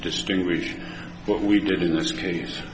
distinguish what we did in this case